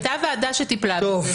הייתה ועדה שטיפלה בזה.